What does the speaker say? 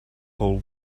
whole